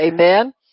Amen